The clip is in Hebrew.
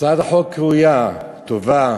הצעת החוק ראויה, טובה.